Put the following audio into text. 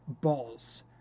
balls